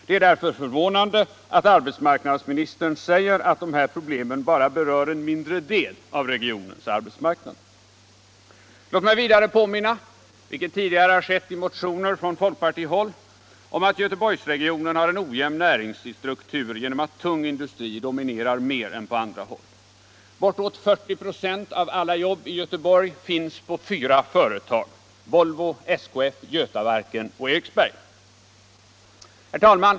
Det är därför förvånande att arbetsmarknadsministern säger att de här problemen bara berör en mindre del av regionens arbetsmarknad. Nr 69 Låt mig vidare påminna om -— vilket tidigare har skett i motioner från Torsdagen den folkpartihåll — att Göteborgsregionen har en ojämn näringsstruktur genom 19 februari 1976 att tung industri dominerar mer än på andra håll. Bortåt 40 96 av alla i jobb i Göteborg finns hos fyra företag: Volvo, SKF, Götaverken och Om åtgärder för att Eriksberg. förbättra sysselsätt Herr talman!